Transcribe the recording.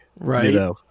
Right